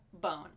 Bone